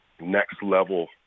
next-level